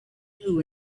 who